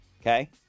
Okay